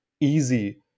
easy